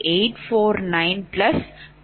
849185